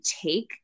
take